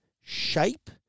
shape